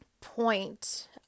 point